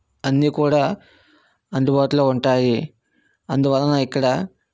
అన్నీ కూడా అందుబాటులో ఉంటాయి అందువలన ఇక్కడ